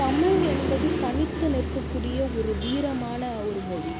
தமிழ் என்பது தனித்து நிற்கக்கூடிய ஒரு வீரமான ஒரு மொழி